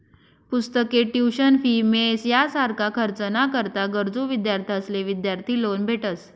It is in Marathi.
पुस्तके, ट्युशन फी, मेस यासारखा खर्च ना करता गरजू विद्यार्थ्यांसले विद्यार्थी लोन भेटस